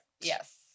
Yes